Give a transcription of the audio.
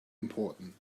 important